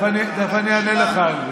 תכף אני אענה לך.